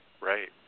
Right